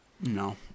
no